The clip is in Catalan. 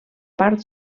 part